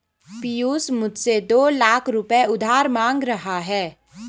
पियूष मुझसे दो लाख रुपए उधार मांग रहा है